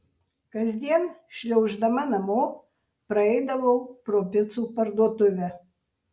kasdien šliauždama namo praeidavau pro picų parduotuvę